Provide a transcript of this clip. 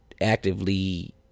actively